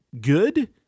good